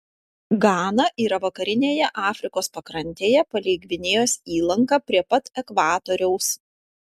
gana yra vakarinėje afrikos pakrantėje palei gvinėjos įlanką prie pat ekvatoriaus